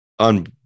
On